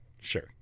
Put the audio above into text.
sure